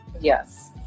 yes